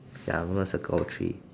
circle of three